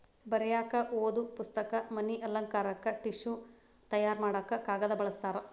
ಬರಿಯಾಕ ಓದು ಪುಸ್ತಕ, ಮನಿ ಅಲಂಕಾರಕ್ಕ ಟಿಷ್ಯು ತಯಾರ ಮಾಡಾಕ ಕಾಗದಾ ಬಳಸ್ತಾರ